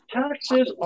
taxes